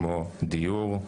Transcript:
כמו דיור,